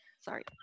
sorry